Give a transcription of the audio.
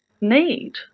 need